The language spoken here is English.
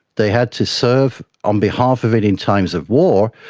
they had to serve on behalf of it in times of war,